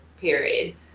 period